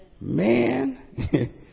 Man